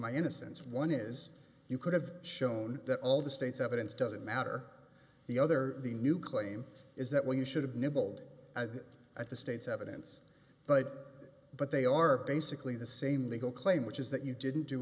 my innocence one is you could have shown that all the state's evidence doesn't matter the other the new claim is that when you should have nibbled at the state's evidence but but they are basically the same legal claim which is that you didn't do